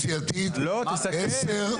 התייעצות סיעתית, 10:05 הצבעה.